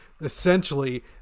essentially